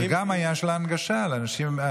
זה גם עניין של הנגשה לאנשים.